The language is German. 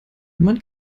man